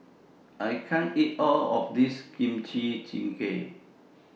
I can't eat All of This Kimchi Jjigae